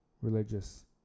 religious